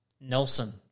Nelson